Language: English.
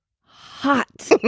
hot